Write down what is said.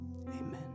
amen